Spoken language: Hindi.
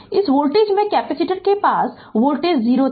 इस वोल्टेज में कैपेसिटर के पार वोल्टेज 0 था